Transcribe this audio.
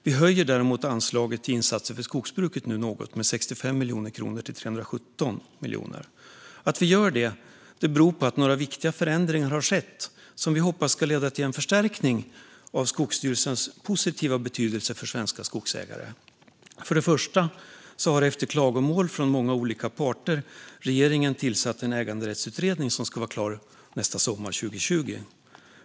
Vi höjer däremot anslaget till insatser för skogsbruket något med 65 miljoner kronor till 317 miljoner. Att vi gör det beror på att några viktiga förändringar har skett som vi hoppas ska leda till en förstärkning av Skogsstyrelsens positiva betydelse för svenska skogsägare. För det första har regeringen efter klagomål från många olika parter tillsatt en äganderättsutredning som ska vara klar sommaren 2020.